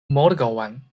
morgaŭan